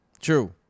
true